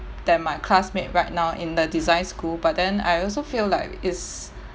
than my classmate right now in the design school but then I also feel like it's